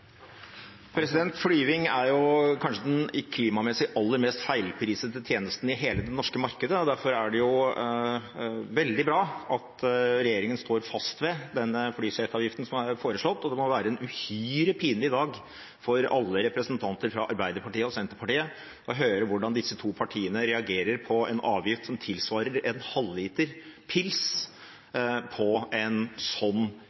kanskje den klimamessig aller mest feilprisede tjenesten i hele det norske markedet. Derfor er det veldig bra at regjeringen står fast ved denne flyseteavgiften som er foreslått. Det må være en uhyre pinlig dag for alle representanter fra Arbeiderpartiet og Senterpartiet. Vi hører hvordan disse to partiene reagerer på en avgift som tilsvarer en halvliter pils – på en sånn